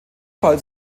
fall